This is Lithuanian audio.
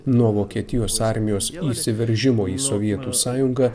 nuo vokietijos armijos įsiveržimo į sovietų sąjungą